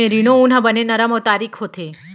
merino ऊन ह बने नरम अउ तारीक होथे